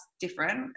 different